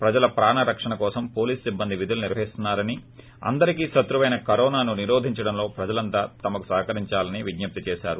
ప్రజల ప్రాణ రక్షణ కోసం పోలీసు సిబ్బంది విధులు నిర్వహిస్తున్నారని అందరికీ శత్పవైన కరోనా ను నిరోధించడంలో ప్రజలంతా తమకు సహకరించాలని విజ్ఞప్తి చేశారు